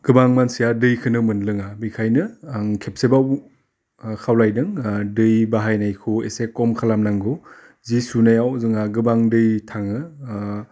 गोबां मानसिया दैखोनो मोनलोङा बिखायनो आं खेबसेबाव ओह खावलायदों ओह दै बाहायनायखौबो एसे खम खालामनांगौ जि सुनायाव जोंहा गोबां दै थाङो ओह